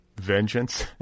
vengeance